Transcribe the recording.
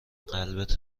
قلبت